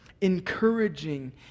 encouraging